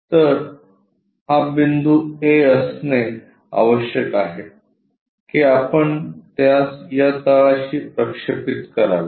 तर हा बिंदू A असणे आवश्यक आहे की आपण त्यास या तळाशी प्रक्षेपित करावे